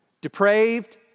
depraved